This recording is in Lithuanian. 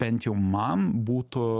bent jau man būtų